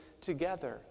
together